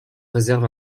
réserve